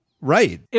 Right